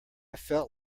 felt